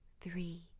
Three